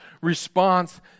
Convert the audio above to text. response